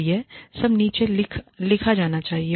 तो यह सब नीचे लिखा जाना चाहिए